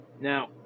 Now